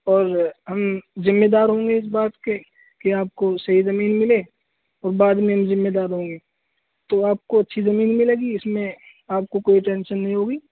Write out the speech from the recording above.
اور ہم ذمہ دار ہوں گے اس بات کے کہ آپ کو صحیح زمین ملے اور بعد میں ہم ذمہ دار ہوں گے تو آپ کو اچھی زمین ملے گی اس میں آپ کو کوئی ٹینشن نہیں ہوگی